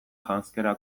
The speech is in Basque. janzkera